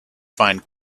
find